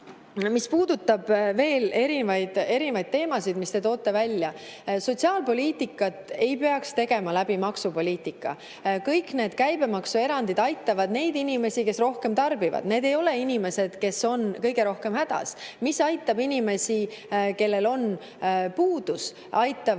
mis puudutab veel teemasid, mis te välja tõite. Sotsiaalpoliitikat ei peaks tegema maksupoliitika kaudu. Kõik need käibemaksuerandid aitavad neid inimesi, kes rohkem tarbivad. Need ei ole inimesed, kes on kõige rohkem hädas. Mis aitab inimesi, kellel on puudus? Aitab